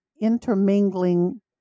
intermingling